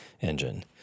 engine